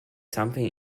something